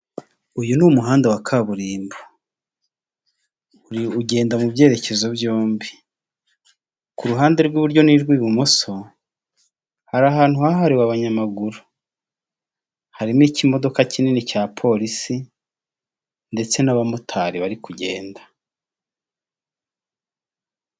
Mu Giporoso ni ahagana i Remera mu mujyi wa Kigali haba urujya n'uruza rw'ibinyabiziga kandi uyu muhanda uba uhuze cyane urimo amamoto imodoka zitwara abantu n'izabantu ku giti cyabo .